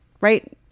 right